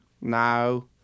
No